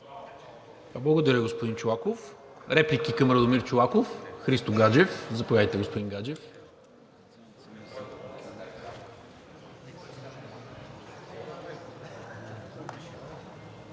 Благодаря, господин Чолаков. Реплики към Радомир Чолаков? Заповядайте, господин Гаджев.